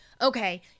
okay